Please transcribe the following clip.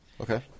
okay